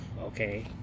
okay